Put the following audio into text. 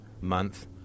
month